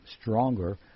stronger